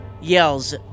yells